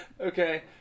Okay